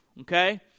Okay